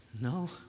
No